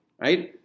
right